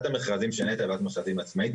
ועדת המכרזים של נת"ע היא ועדת מכרזים עצמאית,